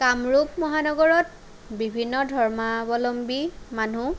কামৰূপ মহানগৰত বিভিন্ন ধৰ্মাৱলম্বী মানুহ